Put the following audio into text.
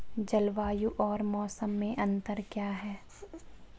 जलवायु और मौसम में अंतर क्या है?